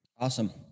Awesome